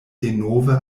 denove